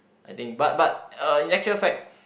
I think but but in actual fact